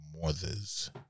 mothers